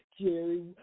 Jerry